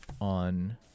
on